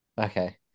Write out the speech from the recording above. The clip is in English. Okay